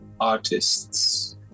artists